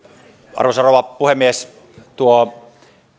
arvoisa rouva puhemies tuo